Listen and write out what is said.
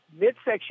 midsection